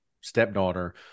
stepdaughter